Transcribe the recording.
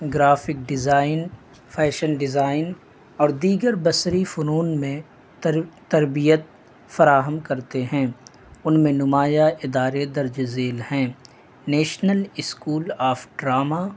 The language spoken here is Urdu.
گرافک ڈیزائن فیشن ڈیزائن اور دیگر بصری فنون میں تربیت فراہم کرتے ہیں ان میں نمایاں ادارے درج ذیل ہیں نیشنل اسکول آف ڈرامہ